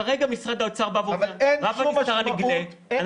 כרגע משרד האוצר אומר: רב הנסתר על הנגלה,